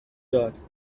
داد